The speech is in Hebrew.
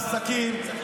נסגור את כל העסקים,